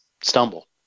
stumble